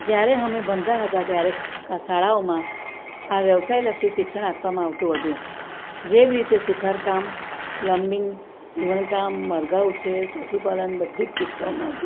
જયારે અમે ભણતાં હતાં ત્યારે શાળાઓમાં આ વ્યવસાયલક્ષી શિક્ષણ આપવામાં આવતું હતું જેવી રીતે સુથાર કામ પ્લમ્બિંગ સીવણ કામ મરઘાં ઉછેર પશુપાલન બધું જ શીખવવામાં આવતું હતું